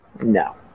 no